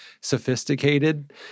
sophisticated